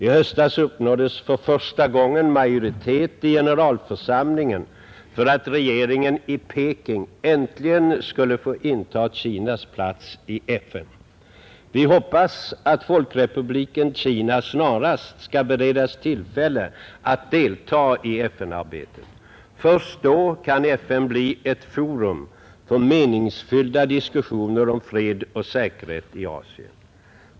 I höstas uppnåddes för första gången majoritet i generalförsamlingen för att regeringen i Peking äntligen skall få inta Kinas plats i FN. Vi hoppas att Folkrepubliken Kina snarast skall beredas tillfälle att delta i FN-arbetet. Först då kan FN bli ett forum för meningsfulla diskussioner om fred och säkerhet i Asien.